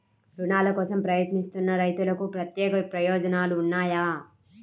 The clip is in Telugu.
రుణాల కోసం ప్రయత్నిస్తున్న రైతులకు ప్రత్యేక ప్రయోజనాలు ఉన్నాయా?